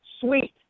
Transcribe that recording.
sweet